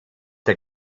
der